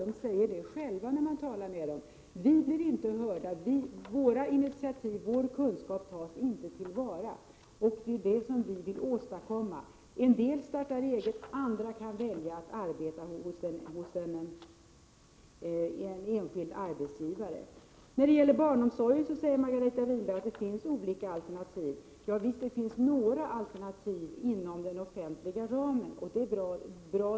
De säger det själva, när man talar med dem. Vi blir inte hörda, våra initiativ och vår kunskap tas inte till vara. Det är det som vi vill åstadkomma. En del kan starta eget, andra kan välja att arbeta hos en enskild arbetsgivare. Margareta Winberg säger att det finns olika alternativ inom barnomsorgen. Javisst, det finns några alternativ inom den offentliga ramen. Det är bra det.